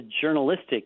journalistic